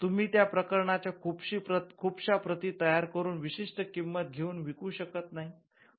तुम्ही त्या प्रकरणाच्या खूपशा प्रती तयार करून विशिष्ट किंमत घेऊन विकू शकत नाही